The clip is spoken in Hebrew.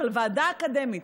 אבל ועדה אקדמית,